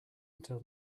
until